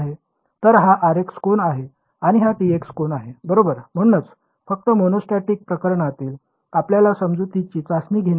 तर हा Rx कोन आहे आणि हा Tx कोन आहे बरोबर म्हणूनच फक्त मोनोस्टॅटिक प्रकरणातील आपल्या समजुतीची चाचणी घेण्यासाठी